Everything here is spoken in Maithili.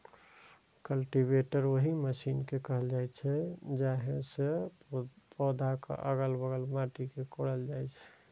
कल्टीवेटर ओहि मशीन कें कहल जाइ छै, जाहि सं पौधाक अलग बगल माटि कें कोड़ल जाइ छै